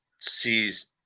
sees